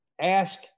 ask